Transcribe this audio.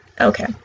okay